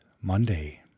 Monday